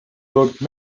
wrote